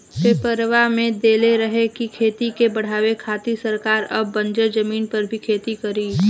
पेपरवा में देले रहे की खेती के बढ़ावे खातिर सरकार अब बंजर जमीन पर भी खेती करी